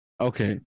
okay